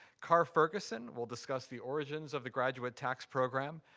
carr ferguson will discuss the origins of the graduate tax program.